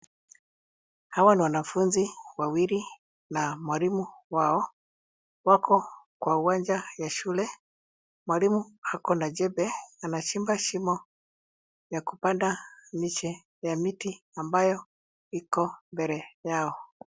Hawa ni wanafunzi wawili na mwalimu wao wako kwa uwanja wa shule. Mwalimu ako na jembe. Anachimba shimo ya kupanda miche ya miti ambayo iko mbele yao.